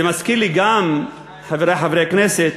זה מזכיר לי גם, חברי חברי הכנסת,